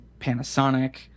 panasonic